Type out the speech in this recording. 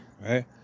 right